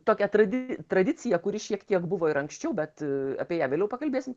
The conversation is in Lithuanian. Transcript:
tokią tradi tradiciją kuri šiek tiek buvo ir anksčiau bet apie ją vėliau pakalbėsim